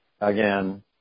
again